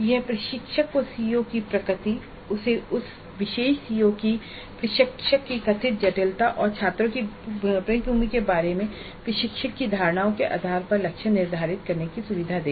यह प्रशिक्षक को सीओ की प्रकृति उस विशेष सीओ की प्रशिक्षक की कथित जटिलता और छात्रों की पृष्ठभूमि के बारे में प्रशिक्षक की धारणाओं के आधार पर लक्ष्य निर्धारित करने की सुविधा देगा